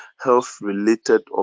health-related